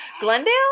Glendale